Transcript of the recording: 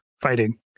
fighting